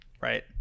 right